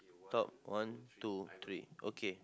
top one two three okay